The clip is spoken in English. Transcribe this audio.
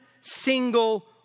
single